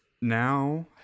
Now